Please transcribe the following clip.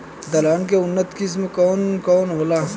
दलहन के उन्नत किस्म कौन कौनहोला?